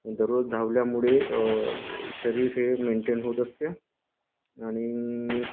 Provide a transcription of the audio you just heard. दररोज धावल्यामुळे शरीर हे मेंटेन होत असते आणि